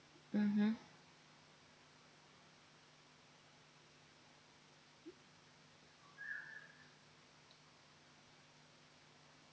mmhmm